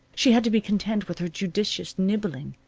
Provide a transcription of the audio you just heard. she had to be content with her judicious nibbling.